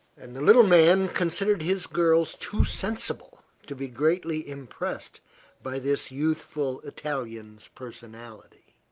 and the little man considered his girls too sensible to be greatly impressed by this youthful italian's personality.